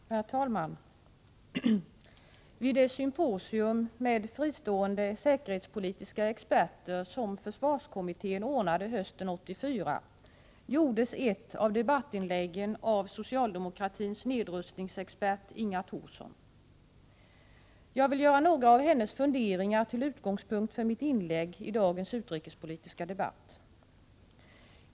Herr talman! Vid det symposium med fristående säkerhetspolitiska experter som försvarskommittén ordnade hösten 1984 gjordes ett av debattinläggen av socialdemokratins nedrustningsexpert Inga Thorsson. Jag vill göra några av hennes funderingar till utgångspunkt för mitt inlägg i dagens utrikespolitiska debatt.